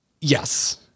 Yes